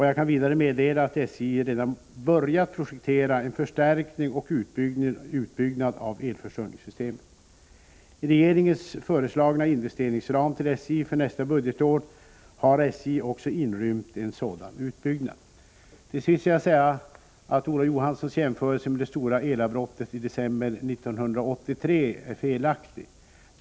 Jag kan vidare meddela att SJ redan börjat projektera en förstärkning och utbyggnad av elförsörjningssystemet. I regeringens föreslagna investeringsram till SJ för nästa budgetår har SJ också inrymt en sådan utbyggnad. Till sist vill jag säga att Olof Johanssons jämförelse med det stora elavbrottet i december 1983 är felaktig.